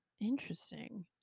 interesting